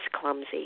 clumsy